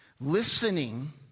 listening